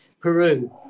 Peru